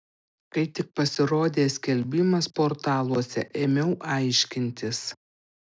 kai tik pasirodė skelbimas portaluose ėmiau aiškintis